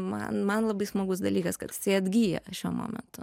ma man labai smagus dalykas kad jisai atgyja šiuo momentu